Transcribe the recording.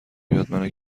بیاد، منو